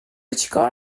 چیکار